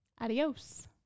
Adios